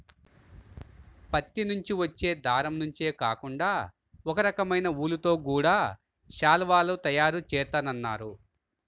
పత్తి నుంచి వచ్చే దారం నుంచే కాకుండా ఒకరకమైన ఊలుతో గూడా శాలువాలు తయారు జేత్తన్నారు